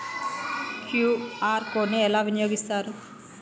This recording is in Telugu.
క్యూ.ఆర్ కోడ్ ని ఎలా వినియోగిస్తారు?